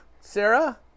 Sarah